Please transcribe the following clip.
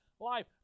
life